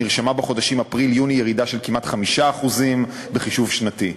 נרשמה בחודשים אפריל יוני ירידה של כמעט 5% בחישוב שנתי.